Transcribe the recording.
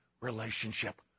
relationship